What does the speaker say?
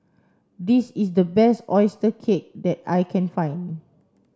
this is the best oyster cake that I can find